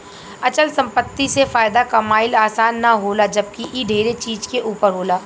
अचल संपत्ति से फायदा कमाइल आसान ना होला जबकि इ ढेरे चीज के ऊपर होला